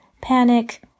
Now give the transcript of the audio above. panic